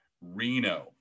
Reno